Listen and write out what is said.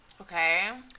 Okay